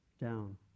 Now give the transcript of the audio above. down